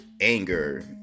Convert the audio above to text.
anger